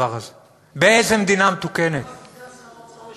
באיזו מדינה מתוקנת הדבר הזה יכול להיות?